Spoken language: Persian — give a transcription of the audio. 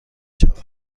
شود